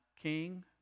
King